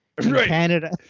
Canada